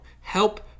Help